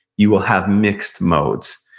you will have mixed modes.